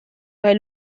bei